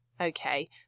Okay